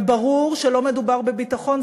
וברור שלא מדובר בביטחון,